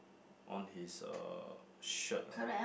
on his uh shirt ah